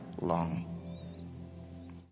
long